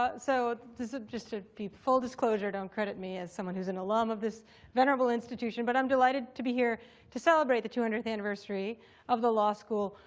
ah so just to be full disclosure, don't credit me as someone who's an alum of this venerable institution. but i'm delighted to be here to celebrate the two hundredth anniversary of the law school,